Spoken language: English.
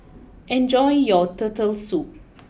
enjoy your Turtle Soup